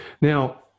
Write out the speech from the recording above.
Now